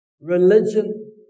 religion